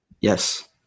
Yes